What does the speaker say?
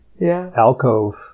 alcove